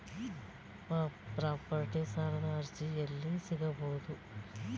Property ಸಾಲದ ಅರ್ಜಿ ಎಲ್ಲಿ ಸಿಗಬಹುದು?